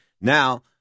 now